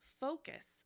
focus